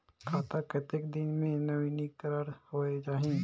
खाता कतेक दिन मे नवीनीकरण होए जाहि??